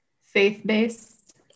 faith-based